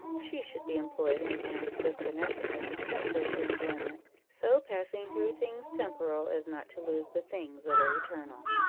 she should be employed in acts of beneficence and social enjoyment so passing through things temporal, as not to lose the things that are eternal.